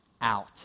out